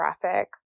graphic